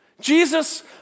Jesus